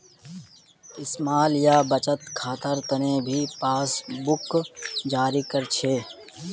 small या बचत खातार तने भी पासबुकक जारी कर छे